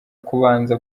kubanza